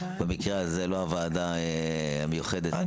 במקרה הזה לא הוועדה המיוחדת להתמכרויות בסמים.